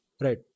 Right